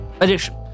edition